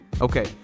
Okay